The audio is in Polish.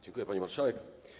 Dziękuję, pani marszałek.